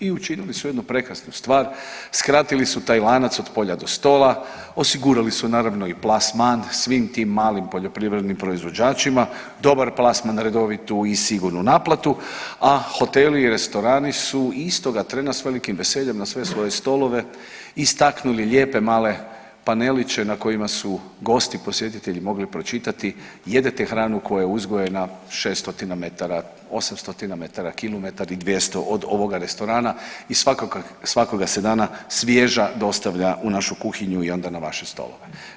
I učinili su jednu prekrasnu stvar, skratili su taj lanac od polja do stola, osigurali su naravno i plasman svim tim malim poljoprivrednim proizvođačima, dobar plasman, redovitu i sigurnu naplatu, a hoteli i restorani su istoga trena s velikim veseljem na sve svoje stolove istaknuli lijepe male paneliće na kojima su gosti, posjetitelji mogli pročitati jedete hranu koja je uzgojena 600m, 800m, kilometar 200 od ovoga restorana i svakoga se dana svježa dostavlja u našu kuhinju i onda na vaše stolove.